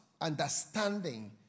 understanding